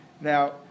Now